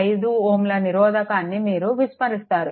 5 Ω నిరోధకాన్ని మీరు విస్మరిస్తారు